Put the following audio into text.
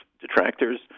detractors